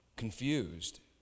confused